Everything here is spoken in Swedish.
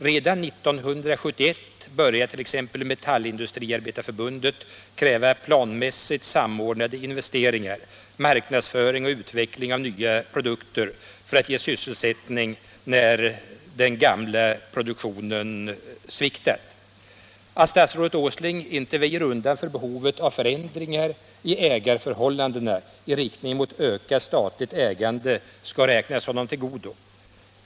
Redan år 1971 började t.ex. Metallindustriarbetareförbundet kräva planmässigt samordnade investeringar samt marknadsföring och utvecklande av nya produkter för att ge sysselsättning när den gamla produktionen sviktat. Att statsrådet Åsling inte väjer undan för behovet av förenklingar i ägandeförhållandena i riktning mot ett ökat statligt ägande skall räknas honom till godo.